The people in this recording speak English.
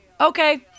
Okay